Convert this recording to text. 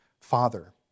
father